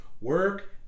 work